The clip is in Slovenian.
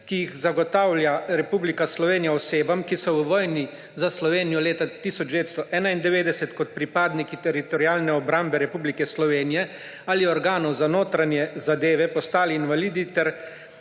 ki jih zagotavlja Republika Slovenija osebam, ki so v vojni za Slovenijo leta 1991 kot pripadniki Teritorialne obrambe Republike Slovenije ali organov za notranje zadeve postali invalidi, ter